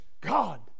God